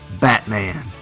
Batman